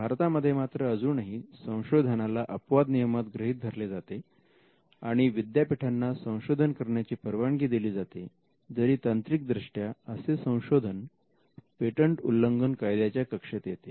भारतामध्ये मात्र अजूनही संशोधनाला अपवाद नियमात गृहीत धरले जाते आणि विद्यापीठांना संशोधन करण्याची परवानगी दिली जाते जरी तांत्रिक दृष्ट्या असे संशोधन पेटंट उल्लंघन कायद्याच्या कक्षेत येते